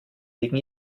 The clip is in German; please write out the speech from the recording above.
wegen